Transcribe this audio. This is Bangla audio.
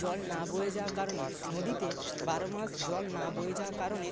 জল না বয়ে যাওয়ার কারণে নদীতে বারো মাস জল না বয়ে যাওয়ার কারণে